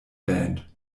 band